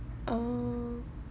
oh